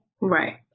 right